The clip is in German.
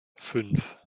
fünf